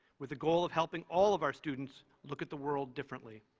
with the goal of helping all of our students look at the world differently.